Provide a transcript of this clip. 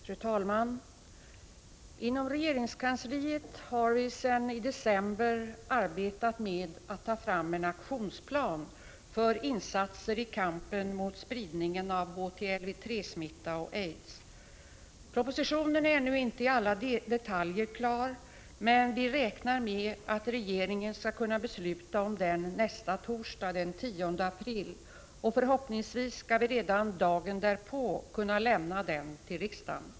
Fru talman! Inom regeringskansliet har vi sedan december arbetat med att ta fram en aktionsplan för insatser i kampen mot spridningen av HTLV-III smitta och aids. Propositionen är ännu inte i alla detaljer klar, men vi räknar med att regeringen skall kunna besluta om den nästa torsdag, den 10 april. Förhoppningsvis skall vi redan dagen därpå kunna lämna den till riksdagen.